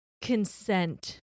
consent